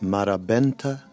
Marabenta